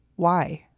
why?